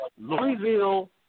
Louisville